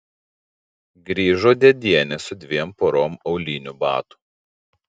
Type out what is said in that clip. grįžo dėdienė su dviem porom aulinių batų